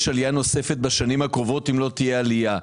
עלייה נוספת בשנים הקרובות אם לא תהיה עלייה.